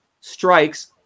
strikes